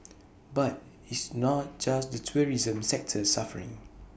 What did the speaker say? but it's not just the tourism sector suffering